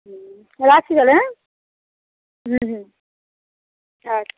হুম রাখছি তাহলে হ্যাঁ হুম আচ্ছা